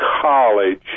college